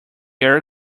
air